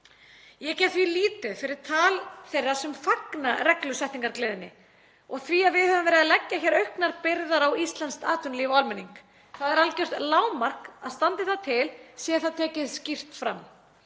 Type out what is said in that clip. Ég gef því lítið fyrir tal þeirra sem fagna reglusetningargleðinni og því að við höfum verið að leggja auknar byrðar á íslenskt atvinnulíf og almenning. Það er algjört lágmark að standi það til sé það tekið skýrt fram.